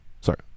sorry